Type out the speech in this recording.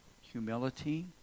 humility